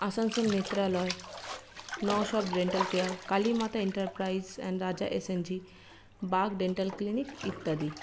আসানসোল নেত্রালয় নৌসব dental care Kali Mata enterprise and Raja SNG বাগ dental clinic ইত্যাদি